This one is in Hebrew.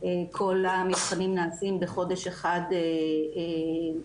כל המבחנים נעשים בחודש אחד מרוכז.